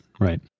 right